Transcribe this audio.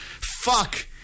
Fuck